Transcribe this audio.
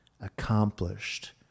accomplished